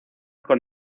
con